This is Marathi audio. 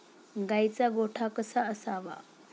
गाईचा गोठा कसा असावा?